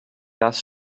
das